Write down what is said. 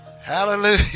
Hallelujah